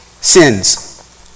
sins